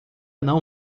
não